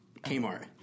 Kmart